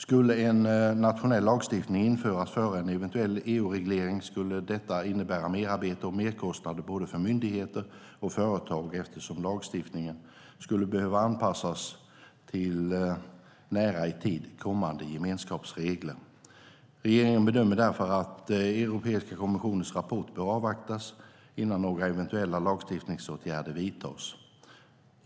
Skulle en nationell lagstiftning införas före en eventuell EU-reglering skulle detta innebära merarbete och merkostnader för både myndigheter och företag eftersom lagstiftningen skulle behöva anpassas till nära i tid kommande gemenskapsregler. Regeringen bedömer därför att Europeiska kommissionens rapport bör avvaktas innan några eventuella lagstiftningsåtgärder vidtas.